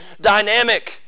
dynamic